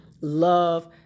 love